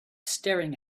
staring